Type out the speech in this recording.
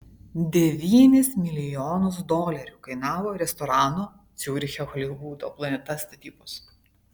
devynis milijonus dolerių kainavo restorano ciuriche holivudo planeta statybos